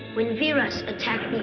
when viras attacked